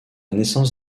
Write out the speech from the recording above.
naissance